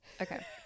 okay